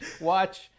watch